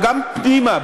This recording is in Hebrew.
וגם פנימה,